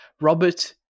Robert